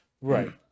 Right